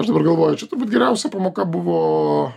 aš dabar galvoju čia turbūt geriausia pamoka buvo